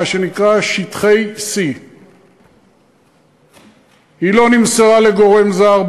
מה שנקרא שטחי C. היא לא נמסרה לגורם זר,